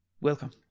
welcome